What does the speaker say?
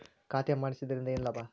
ಖಾತೆ ಮಾಡಿಸಿದ್ದರಿಂದ ಏನು ಲಾಭ?